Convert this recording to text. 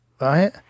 right